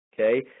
Okay